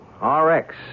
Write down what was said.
Rx